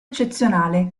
eccezionale